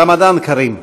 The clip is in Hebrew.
רמדאן כרים.